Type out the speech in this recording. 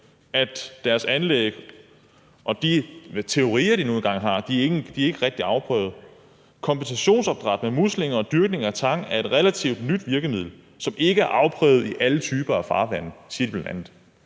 at deres anlæg og de teorier, de nu engang har, ikke rigtig er afprøvet. De siger bl.a.: »... kompensationsopdræt med muslinger og dyrkning af tang er et relativt nyt virkemiddel, som ikke er afprøvet i alle typer af farvande.« Det må da